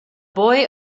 boy